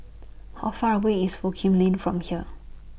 How Far away IS Foo Kim Lin from here